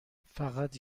فقط